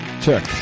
check